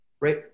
right